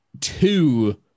Two